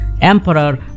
Emperor